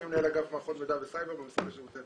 אני מנהל אגף מערכות מידע בסייבר במשרד ראש הממשלה.